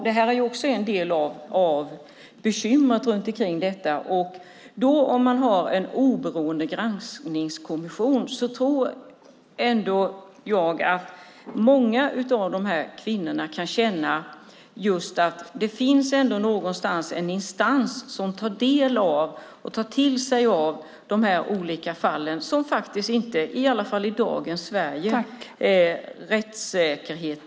Det är också en del av bekymren kring detta. Om man då har en oberoende granskningskommission tror jag att många av de här kvinnorna kan känna att det ändå finns en instans som tar del av de här olika fallen där det i alla fall inte i dagens Sverige finns en rättssäkerhet.